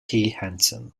hansen